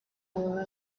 una